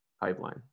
pipeline